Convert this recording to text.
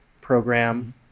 program